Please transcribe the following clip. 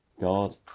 God